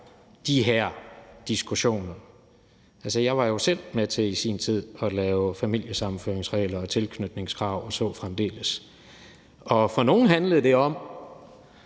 de her diskussioner. Altså, jeg var jo selv i sin tid med til at lave familiesammenføringsregler og tilknytningskrav og så fremdeles. Og for nogle handlede det om